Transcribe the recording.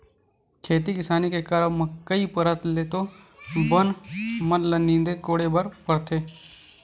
खेती किसानी के करब म कई परत ले तो बन मन ल नींदे कोड़े बर परथे